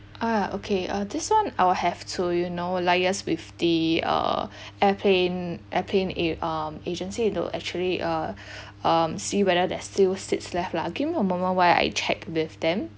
ah okay uh this one I'll have to you know liaise with the uh airplane airplane a~ um agency to actually uh um see whether there's still seats left lah give me a moment while I check with them